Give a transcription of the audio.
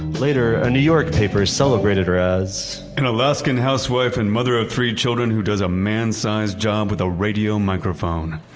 later, a new york paper celebrated her as an alaskan housewife and mother of three children who does a man-sized job with a radio microphone.